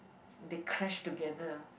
they crash together